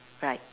right